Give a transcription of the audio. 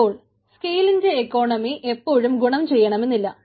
അപ്പോൾ സ്കെയിലിൻറെ എപ്പോഴും ഗുണം ചെയ്യണമെന്നില്ല